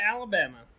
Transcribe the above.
Alabama